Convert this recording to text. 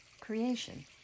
Creation